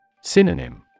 Synonym